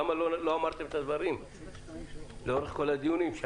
למה לא אמרתם את הדברים לאורך כל הדיונים?